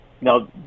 Now